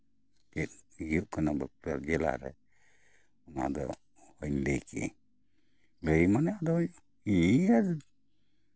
ᱪᱮᱫ ᱦᱩᱭᱩᱹᱜ ᱠᱟᱱᱟ ᱵᱟᱸᱠᱩᱲᱟ ᱡᱮᱞᱟᱨᱮ ᱚᱱᱟᱫᱚ ᱵᱟᱹᱧ ᱞᱟᱹᱭ ᱠᱤᱭᱟᱹᱧ ᱞᱟᱹᱭ ᱢᱟᱱᱮ ᱟᱫᱚ ᱤᱭᱟᱹᱭ